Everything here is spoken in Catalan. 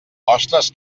ostres